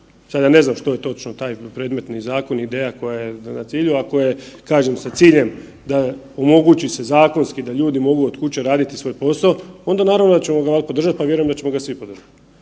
Sad ja ne znam što je točno taj predmetni zakon ideja koja je na cilju, a koja je kažem sa ciljem da omogući se zakonski da ljudi mogu od kuće raditi svoj posao onda naravno da ćemo ga podržat, vjerujem da ćemo ga svi podržati.